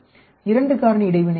இரண்டு காரணி இடைவினை AB AC AD BC BD